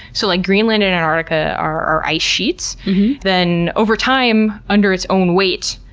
so, like greenland and antarctica are ice sheets then over time, under its own weight,